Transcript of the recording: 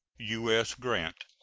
u s. grant.